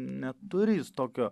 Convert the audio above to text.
neturi jis tokio